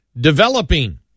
developing